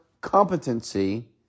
competency